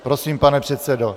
Prosím, pane předsedo.